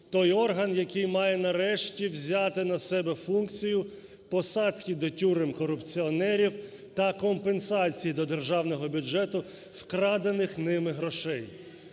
той орган, який має нарешті взяти на себе функцію посадки до тюрем корупціонерів та компенсації до державного бюджету вкрадених ними грошей.